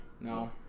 No